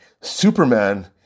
superman